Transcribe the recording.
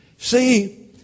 See